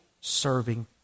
serving